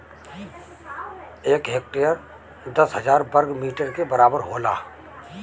एक हेक्टेयर दस हजार वर्ग मीटर के बराबर होला